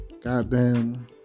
Goddamn